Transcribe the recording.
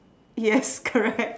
yes correct